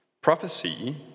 Prophecy